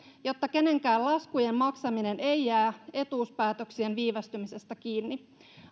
jotta kenenkään laskujen maksaminen ei jää etuuspäätöksien viivästymisestä kiinni